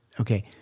Okay